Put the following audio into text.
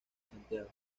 santiago